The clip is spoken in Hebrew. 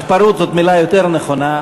התפרעות זאת מילה יותר נכונה.